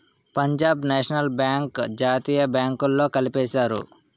Punjab national bank జాతీయ బ్యాంకుల్లో కలిపేశారు